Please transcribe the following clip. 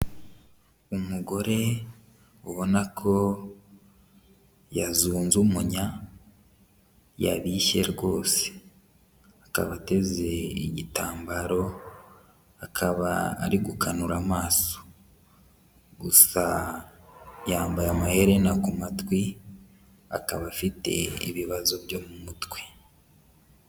Umugore ubona ko yazunze umunnya yabishye rwose, akaba ateze igitambaro, akaba ari gukanura amaso, gusa yambaye amaherena ku matwi, akaba afite ibibazo byo mu mutwe.